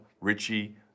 Richie